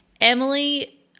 Emily